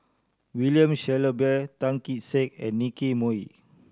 William Shellabear Tan Kee Sek and Nicky Moey